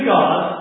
God